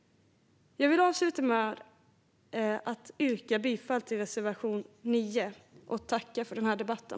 Jag vill avsluta med att yrka bifall till reservation 9 och tacka för debatten.